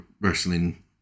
wrestling